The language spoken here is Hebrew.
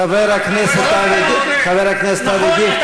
חבר הכנסת אבי דיכטר,